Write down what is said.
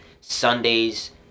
Sundays